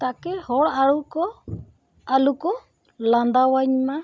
ᱛᱟᱠᱮ ᱦᱚᱲ ᱟᱞᱩ ᱠᱚ ᱟᱞᱩ ᱠᱚ ᱞᱟᱸᱫᱟᱭᱟᱹᱧ ᱢᱟ